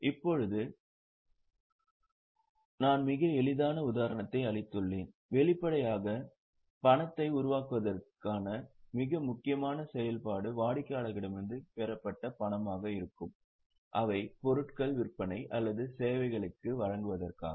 இப்போது நான் மிக எளிதான உதாரணத்தை அளித்துள்ளேன் வெளிப்படையாக பணத்தை உருவாக்குவதற்கான மிக முக்கியமான செயல்பாடு வாடிக்கையாளர்களிடமிருந்து பெறப்பட்ட பணமாக இருக்கும் அவை பொருட்கள் விற்பனை அல்லது சேவைகளை வழங்குவதற்காக